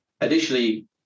Additionally